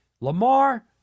Lamar